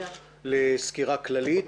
לסקירה כללית.